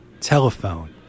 telephone